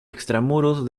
extramuros